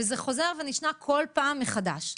וזה חוזר ונשנה כל פעם מחדש.